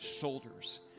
shoulders